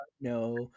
no